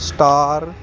star